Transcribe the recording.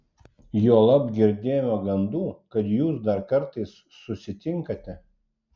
juolab girdėjome gandų kad jūs dar kartais susitinkate